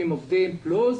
7,000 עובדים פלוס.